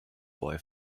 boy